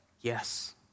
Yes